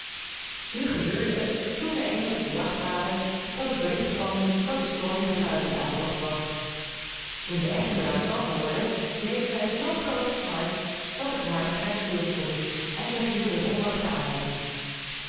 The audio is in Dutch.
nu gebeurde het toen zij eens op de jacht waren dat het bericht kwam dat s koning's bruid in aantocht was toen de echte bruid dat hoorde leed zij zoo groote smart dat het hart haar stilstond en zij viel in onmacht ter aarde